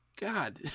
god